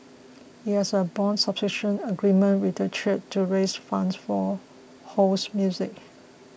it had a bond subscription agreement with the church to raise funds for Ho's music